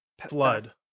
flood